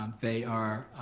um they are